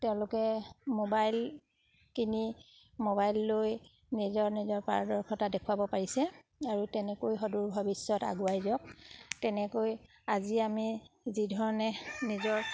তেওঁলোকে মোবাইল কিনি মোবাইল লৈ নিজৰ নিজৰ পাৰদৰ্শতা দেখুৱাব পাৰিছে আৰু তেনেকৈ সদূৰ ভৱিষ্যত আগুৱাই যাওক তেনেকৈ আজি আমি যিধৰণে নিজৰ